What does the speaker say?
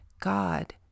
God